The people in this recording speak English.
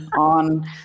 on